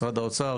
משרד האוצר?